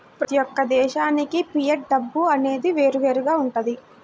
ప్రతి యొక్క దేశానికి ఫియట్ డబ్బు అనేది వేరువేరుగా వుంటది